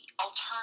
alternative